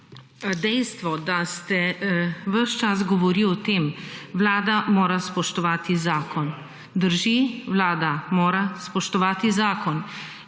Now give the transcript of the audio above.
dejstvo, da ste ves čas govorili o tem Vlada mora spoštovati zakon. Drži, Vlada mora spoštovati zakon